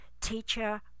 teacher